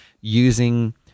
using